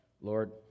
Lord